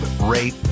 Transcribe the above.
rate